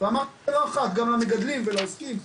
ואמרתי את זה לא אחת גם למגדלים ולכל העוסקים,